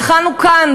התחלנו כאן,